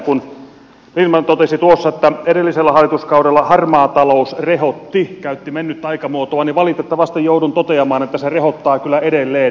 kun lindtman totesi tuossa että edellisellä hallituskaudella harmaa talous rehotti käytti mennyttä aikamuotoa niin valitettavasti joudun toteamaan että se rehottaa kyllä edelleen